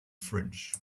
fridge